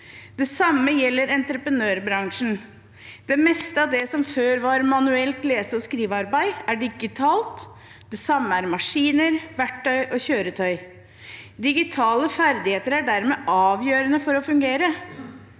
Det samme gjelder entreprenørbransjen. Det meste av det som før var manuelt lese- og skrivearbeid, er nå digitalt. Det samme er maskiner, verktøy og kjøretøy. Digitale ferdigheter er dermed avgjørende for å kunne